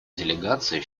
делегация